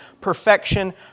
perfection